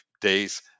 days